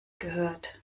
gehört